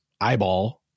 eyeball